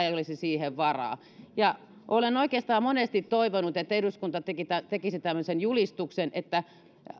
ei olisi siihen varaa olen oikeastaan monesti toivonut että eduskunta tekisi tekisi tämmöisen julistuksen että